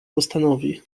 postanowi